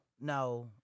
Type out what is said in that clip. no